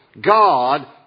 God